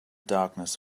darkness